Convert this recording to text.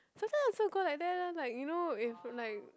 just now I also go like that lah like you know if like